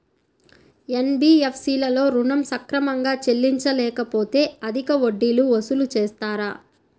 NBFC లలో ఋణం సక్రమంగా చెల్లించలేకపోతె అధిక వడ్డీలు వసూలు చేస్తారా?